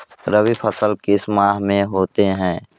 रवि फसल किस माह में होते हैं?